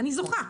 אני זוכה.